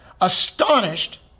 astonished